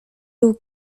był